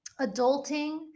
Adulting